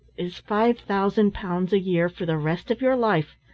is five thousand pounds a year for the rest of your life,